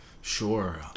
sure